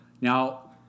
Now